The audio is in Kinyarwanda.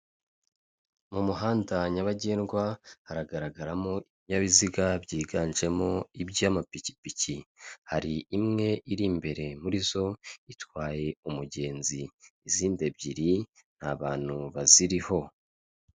Mu muhanda nyabagendwa haragaragaramo ibinyabiziga byiganjemo iby'amapikipiki, hari imwe iri imbere muri zo, itwaye umugenzi, izindi ebyiri nta bantu baziriho.